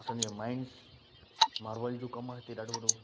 असांजो mines marble जो कमु आहे ॾाढो वॾो